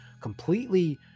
completely